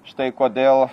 štai kodėl